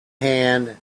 hand